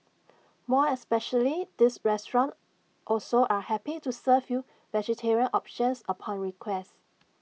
more especially this restaurant also are happy to serve you vegetarian options upon request